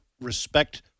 respect